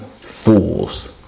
fools